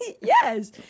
Yes